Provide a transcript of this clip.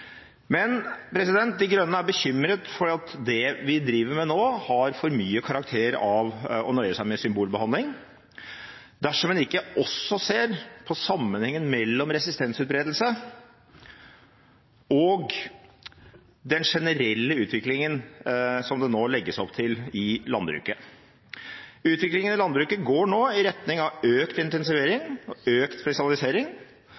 De Grønne er bekymret for at det en driver med nå, har for mye karakter av å nøye seg med symbolbehandling dersom en ikke også ser på sammenhengen mellom resistensutbredelse og den generelle utviklingen som det nå legges opp til i landbruket. Utviklingen i landbruket går nå i retning av økt intensivering og økt